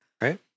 Right